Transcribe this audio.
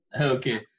Okay